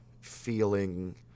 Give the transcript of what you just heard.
feeling